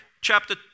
chapter